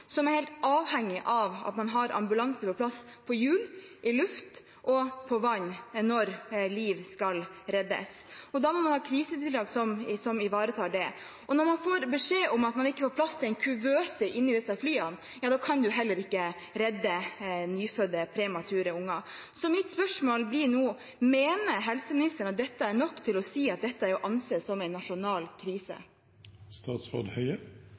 som er helt avhengige av at man har ambulanse på plass – på hjul, i luft og på vann, når liv skal reddes. Da må man ha krisetiltak som ivaretar det. Når man får beskjed om at man ikke får plass til en kuvøse inne i disse flyene, kan man heller ikke redde nyfødte premature unger. Mitt spørsmål blir nå: Mener helseministeren at dette er nok til å si at det er å anse som en nasjonal